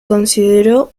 consideró